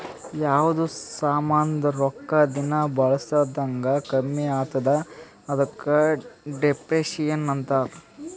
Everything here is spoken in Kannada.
ಯಾವ್ದು ಸಾಮಾಂದ್ ರೊಕ್ಕಾ ದಿನಾ ಬಳುಸ್ದಂಗ್ ಕಮ್ಮಿ ಆತ್ತುದ ಅದುಕ ಡಿಪ್ರಿಸಿಯೇಷನ್ ಅಂತಾರ್